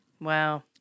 Wow